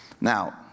Now